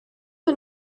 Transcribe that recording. had